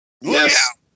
Yes